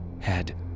head